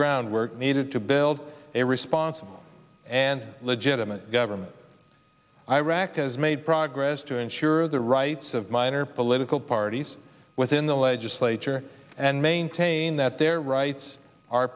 groundwork needed to build a responsible and legitimate government of iraq as made progress to ensure the rights of minor political parties within the legislature and maintain that their rights are